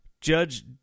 Judge